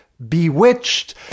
bewitched